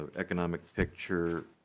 ah economic picture.